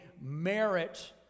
merit